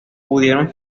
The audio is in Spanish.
pudieron